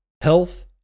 health